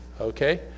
Okay